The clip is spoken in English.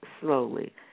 slowly